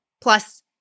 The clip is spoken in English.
Plus